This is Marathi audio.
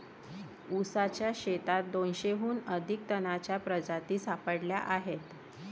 ऊसाच्या शेतात दोनशेहून अधिक तणांच्या प्रजाती सापडल्या आहेत